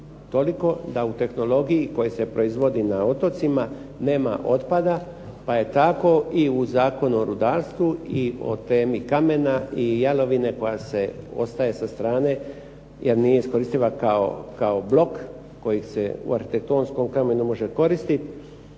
toliko da u tehnologiji koja se proizvodi na otocima nema otpada pa je tako i u Zakonu o rudarstvu i o temi kamena i jalovine koja ostaje sa strane jer nije iskoristiva kao blok koji se u arhitektonskom kamenu može koristit.